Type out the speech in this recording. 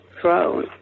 thrown